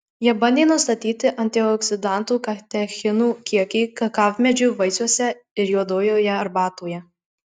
jie bandė nustatyti antioksidantų katechinų kiekį kakavmedžių vaisiuose ir juodojoje arbatoje